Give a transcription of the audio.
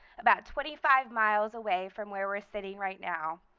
about twenty five miles away from where we're sitting right now,